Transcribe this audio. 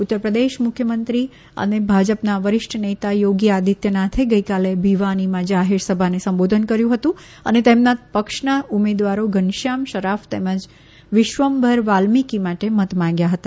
ઉત્તરપ્રદેશ મુખ્યમંત્રી અને ભાજપના વરિષ્ઠ નેતા થોગી આદિત્યનાથે ગઇકાલે ભીવાનીમાં જાહેરસભાને સંબોધન કર્યું હતું અને તેમના પક્ષના ઉમેદવારો ઘનશ્યામ શરાફ તેમજ વિશ્મભર વાલ્મિકી માટે મત માંગ્યા હતા